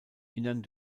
inneren